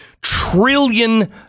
trillion